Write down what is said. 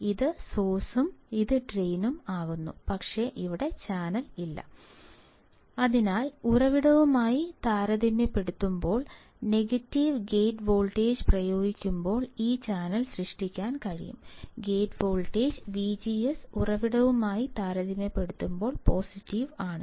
ഇത് സോഴ്സും ഇത് ഡ്രെയിനും ആകുന്നു പക്ഷേ ഇവിടെ ചാനൽ ഇല്ല അതിനാൽ ഉറവിടവുമായി താരതമ്യപ്പെടുത്തുമ്പോൾ നെഗറ്റീവ് ഗേറ്റ് വോൾട്ടേജ് പ്രയോഗിക്കുമ്പോൾ ഈ ചാനൽ സൃഷ്ടിക്കാൻ കഴിയും ഗേറ്റ് വോൾട്ടേജ് VGS ഉറവിടവുമായി താരതമ്യപ്പെടുത്തുമ്പോൾ പോസിറ്റീവ് ആണ്